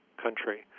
country